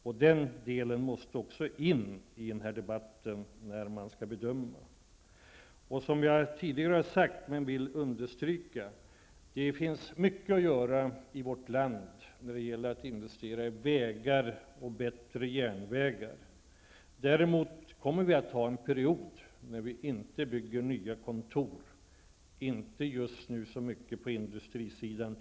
Sådant måste också tas med i debatten när bedömningarna skall göras. Jag vill understryka vad jag har sagt tidigare. Det finns mycket att göra i vårt land när det gäller att investera i vägar och bättre järnvägar. Däremot kommer det att bli en period när nya kontor inte kommer att byggas och inte heller så mycket på industrisidan.